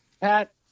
Pat